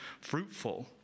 fruitful